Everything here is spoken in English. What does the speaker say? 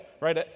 right